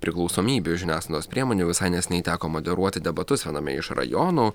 priklausomybių žiniasklaidos priemonių visai neseniai teko moderuoti debatus viename iš rajonų